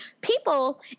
people